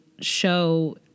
show